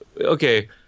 Okay